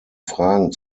fragen